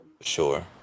Sure